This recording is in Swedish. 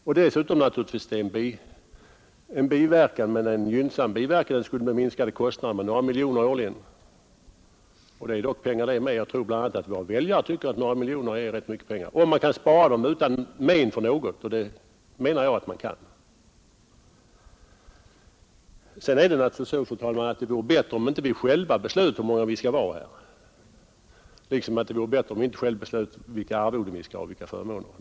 Dessutom skulle naturligtvis — det är en biverkan men en gynnsam biverkan — kostnaderna minskas med några miljoner årligen, och det är dock pengar det med. Jag tror bl.a. att våra väljare tycker att några miljoner är rätt mycket pengar, om man kan spara dem utan men för något, och det anser jag att man kan. Sedan vore det naturligtvis, fru talman, bättre om inte vi själva beslöt hur många vi skall vara här, liksom det vore bättre om vi inte själva beslöt vilka förmåner vi skall ha.